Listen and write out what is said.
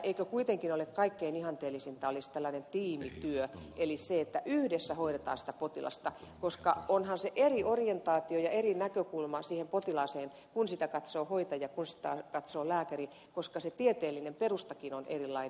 eikö kuitenkin olisi kaikkein ihanteellisinta tämmöinen tiimityö eli se että yhdessä hoidetaan sitä potilasta koska onhan se eri orientaatio ja eri näkökulma siihen potilaaseen kun sitä katsoo hoitaja ja kun sitä katsoo lääkäri koska se tieteellinen perustakin on erilainen